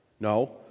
No